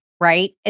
right